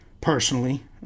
personally